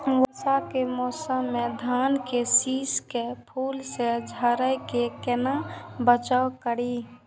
वर्षा के मौसम में धान के शिश के फुल के झड़े से केना बचाव करी?